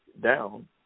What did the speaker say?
down